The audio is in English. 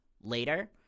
later